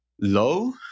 low